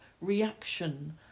reaction